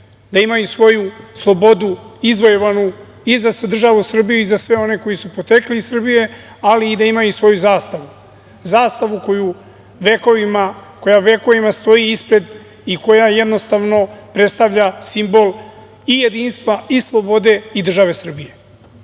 da imaju svoju slobodu izvojevanu, i za državu Srbiju i za sve one koji su potekli iz Srbije, ali i da imaju i svoju zastavu, zastavu koja vekovima stoji ispred i koja predstavlja simbol jedinstva, slobode i države Srbije. Kao